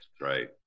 Right